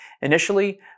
Initially